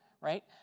right